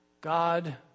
God